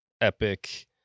epic